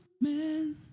man